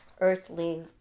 earthly